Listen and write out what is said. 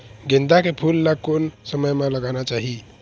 गेंदा के फूल ला कोन समय मा लगाना चाही?